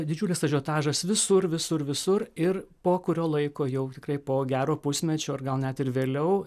didžiulis ažiotažas visur visur visur ir po kurio laiko jau tikrai po gero pusmečio ar gal net ir vėliau